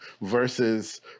versus